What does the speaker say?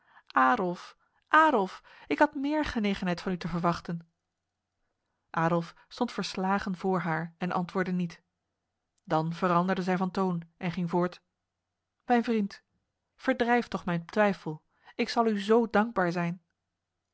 adolf adolf ik had meer genegenheid van u te verwachten adolf stond verslagen voor haar en antwoordde niet dan veranderde zij van toon en ging voort mijn vriend verdrijf toch mijn twijfel ik zal u zo dankbaar zijn